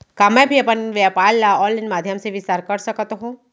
का मैं भी अपन कृषि व्यापार ल ऑनलाइन माधयम से विस्तार कर सकत हो?